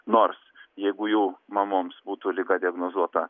nors jeigu jų mamoms būtų liga diagnozuota